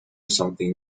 something